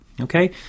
okay